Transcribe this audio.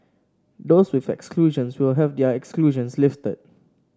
those with exclusions will have their exclusions lifted